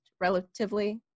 relatively